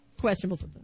Questionable